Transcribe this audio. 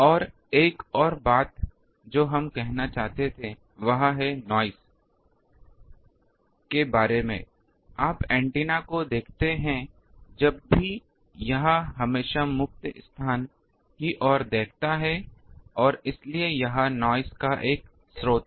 और एक और बात जो हम कहना चाहते थे वह है नॉइस के बारे में आप एंटीना को देखते हैं जब भी यह हमेशा मुक्त स्थान की ओर देखता है और इसलिए यह नॉइस का एक स्रोत है